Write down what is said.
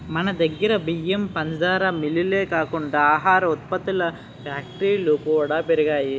మనదగ్గర బియ్యం, పంచదార మిల్లులే కాకుండా ఆహార ఉత్పత్తుల ఫ్యాక్టరీలు కూడా పెరగాలి